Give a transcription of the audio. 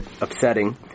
upsetting